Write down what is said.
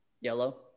Yellow